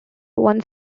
one